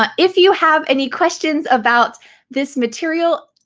but if you have any questions about this material,